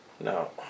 No